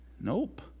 Nope